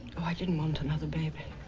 i didn't want another baby.